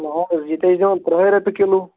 نہ حَظ ییٚتہِ حَظ چھِ دِوان ترٛہے رۄپیہِ کِلو